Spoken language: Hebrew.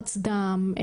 לחץ דם,